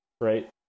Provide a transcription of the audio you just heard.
right